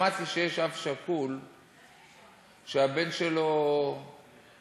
שמעתי שיש אב שכול שהבן שלו נהרג